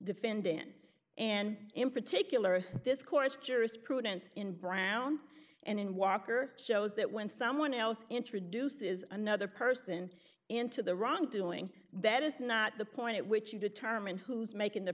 defendant and in particular this course of jurisprudence in brown and in walker shows that when someone else introduces another person into the wrongdoing that is not the point at which you determine who's making the